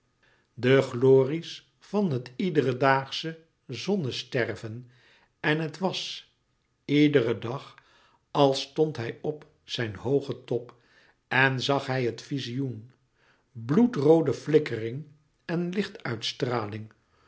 de glorie's van het iederen daagsche zonnesterven en het was iederen dag als stond hij op zijn hoogen top en zag hij het vizioen bloedroode flikkering en lichtuitstraling